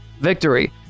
Victory